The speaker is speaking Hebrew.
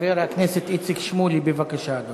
חבר הכנסת איציק שמולי, בבקשה, אדוני.